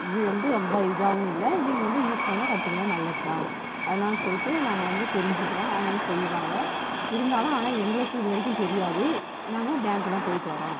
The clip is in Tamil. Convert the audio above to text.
இது வந்து ரொம்ப இதாகவும் இல்லை நீங்கள் வந்து யூஸ் பண்ண கற்றுக்கலாம் நல்லதுதான் அதனால சொல்லிட்டு நாங்கள் வந்து தெரிஞ்சுக்குவோம் அவங்க வந்து சொல்வாங்க இருந்தாலும் ஆனால் எங்களுக்கு இது வரைக்கும் தெரியாது நாங்கள் பேங்க்கு தான் போய்விட்டு வர்றோம்